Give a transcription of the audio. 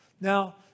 Now